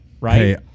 right